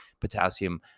Potassium